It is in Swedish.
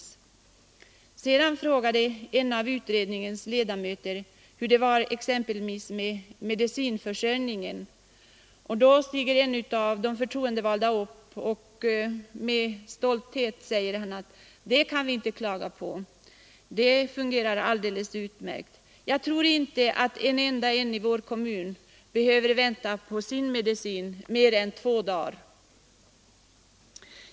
Sedan frågade en av utredningens ledamöter hur det var med exempelvis medicinförsörjningen. Då steg en av de förtroendevalda upp och sade med stolthet: Det kan vi inte klaga på. Det fungerar alldeles utmärkt, för jag tror inte att någon i vår kommun behöver vänta mer än två dagar på sin medicin.